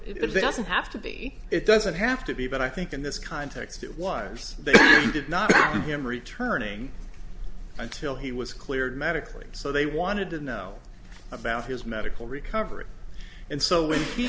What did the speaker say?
mean it doesn't have to be it doesn't have to be but i think in this context it was they did not him returning until he was cleared medically so they wanted to know about his medical recovery and so when he